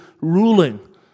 ruling